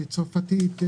צרפתית,